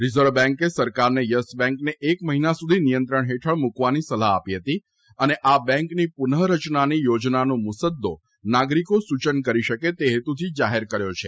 reserve બેન્કે સરકારને Yes બેન્કને એક મહિના સુધી નિયંત્રણ હેઠળ મૂકવાની સલાહ આપી હતી અને આ બેન્કની પુનઃ રચનાની યોજનાનો મુસદ્દો નાગરિકો સૂચન કરી શકે તે હેતુથી જાહેર કર્યો છે